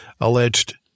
alleged